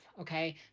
okay